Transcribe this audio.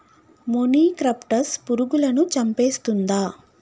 మొనిక్రప్టస్ పురుగులను చంపేస్తుందా?